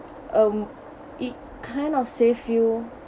um it kind of save you